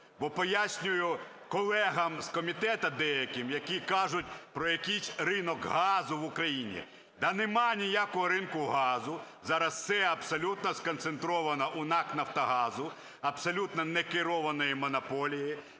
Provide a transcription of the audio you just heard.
Бо пояснюю колегам з комітету, деяким, які кажуть про якийсь ринок газу в Україні. Да немає ніякого ринку газу, зараз все абсолютно сконцентровано у НАК "Нафтогазу", абсолютно некерованої монополії.